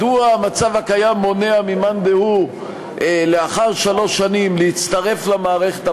מדוע המצב הקיים מונע ממאן דהוא לאחר שלוש שנים להצטרף למערכת הפוליטית,